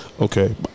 Okay